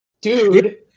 Dude